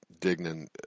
dignan